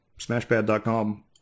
Smashpad.com